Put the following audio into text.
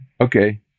Okay